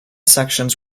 sections